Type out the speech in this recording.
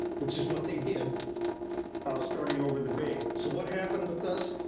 which is what they did starting over the bay, so what happened with this?